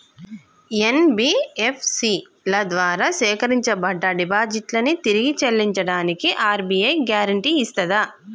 NBFC ల ద్వారా సేకరించబడ్డ డిపాజిట్లను తిరిగి చెల్లించడానికి ఆర్.బి.ఐ గ్యారెంటీ ఇస్తదా?